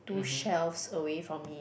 two shelves away from me